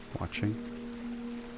watching